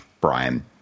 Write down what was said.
Brian